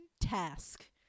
task